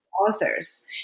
authors